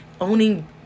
owning